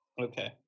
Okay